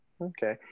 Okay